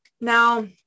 Now